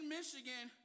Michigan